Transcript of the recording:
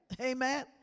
Amen